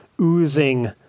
oozing